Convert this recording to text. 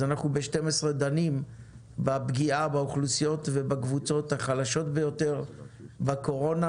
אז ב-12:00 דנים בפגיעה באוכלוסיות ובקבוצות החלשות ביותר בקורונה,